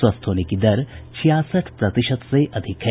स्वस्थ होने की दर छियासठ प्रतिशत से अधिक है